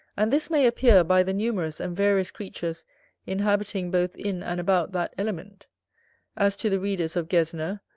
and this may appear, by the numerous and various creatures inhabiting both in and about that element as to the readers of gesner,